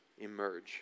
emerge